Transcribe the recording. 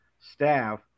staff